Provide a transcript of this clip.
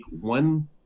one